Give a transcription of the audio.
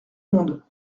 monde